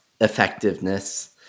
effectiveness